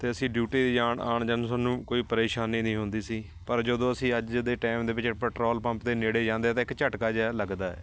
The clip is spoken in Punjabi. ਅਤੇ ਅਸੀਂ ਡਿਊਟੀ 'ਤੇ ਜਾਣ ਆਉਣ ਜਾਣ ਨੂੰ ਸਾਨੂੰ ਕੋਈ ਪਰੇਸ਼ਾਨੀ ਨਹੀਂ ਹੁੰਦੀ ਸੀ ਪਰ ਜਦੋਂ ਅਸੀਂ ਅੱਜ ਦੇ ਟਾਈਮ ਦੇ ਵਿੱਚ ਪੈਟਰੋਲ ਪੰਪ ਦੇ ਨੇੜੇ ਜਾਂਦੇ ਹਾਂ ਤਾਂ ਇੱਕ ਝਟਕਾ ਜਿਹਾ ਲੱਗਦਾ ਹੈ